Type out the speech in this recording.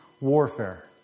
warfare